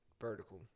Vertical